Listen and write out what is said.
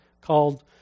called